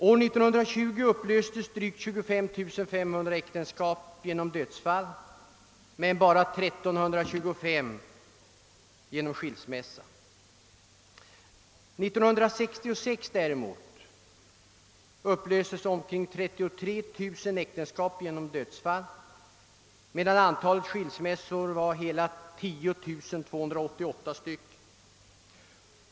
år 1920 upplöstes drygt 25500 äktenskap genom dödsfall men bara 1325 genom skilsmässa. År 1966 däremot upplöstes omkring 33 000 äktenskap genom dödsfall, medan antalet skilsmässor var hela 10288.